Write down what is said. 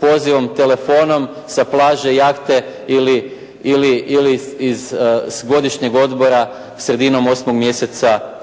pozivom telefonom sa plaže, jahte ili s godišnjeg odmora sredinom 8. mjeseca,